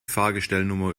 fahrgestellnummer